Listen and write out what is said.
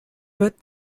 wird